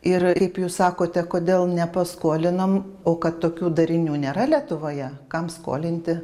ir kaip jūs sakote kodėl nepaskolinom o kad tokių darinių nėra lietuvoje kam skolinti